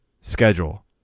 schedule